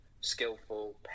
skillful